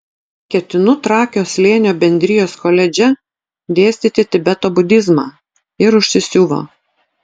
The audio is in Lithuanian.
ketinu trakio slėnio bendrijos koledže dėstyti tibeto budizmą ir užsisiuvo